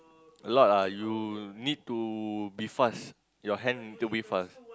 a lot ah you need to be fast your hand need to be fast